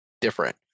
different